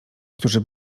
którzy